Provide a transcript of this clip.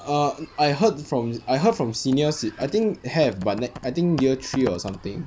err I heard from I heard from seniors I think have but ne~ I think year three or something